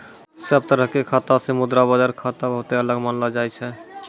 सब तरह के खाता से मुद्रा बाजार खाता बहुते अलग मानलो जाय छै